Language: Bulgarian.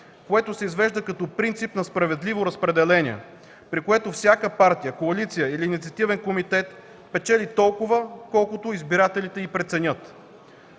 което се извежда като принцип на справедливо разпределение, при което всяка партия, коалиция или инициативен комитет печели толкова, колкото избирателите й преценят.